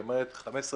היא אומרת 15%,